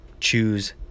choose